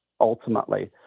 ultimately